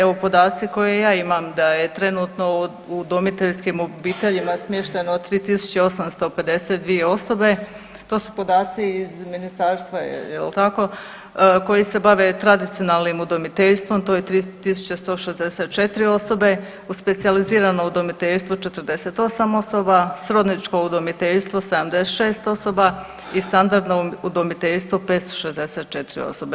Evo podaci koje ja imam da je trenutno u udomiteljskim obiteljima smješteno 3852 osobe, to su podaci iz ministarstva jel tako, koji se bave tradicionalnim udomiteljstvom, to je 3164 osobe, u specijalizirano udomiteljstvo 48 osoba, srodničko udomiteljstvo 76 osoba i standardno udomiteljstvo 564 osobe.